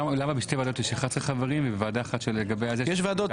למה בשתי ועדות יש 11 חברים ובוועדה אחת שלגביה --- אני אגיד לך,